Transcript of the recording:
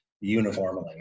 Uniformly